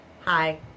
Hi